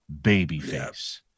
babyface